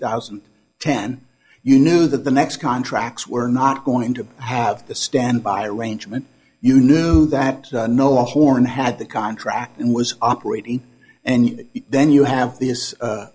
thousand ten you knew that the next contracts were not going to have the standby arrangement you knew that no horn had the contract and was operating and then you have th